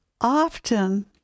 often